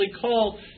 called